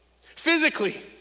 physically